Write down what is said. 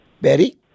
Betty